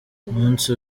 umunsi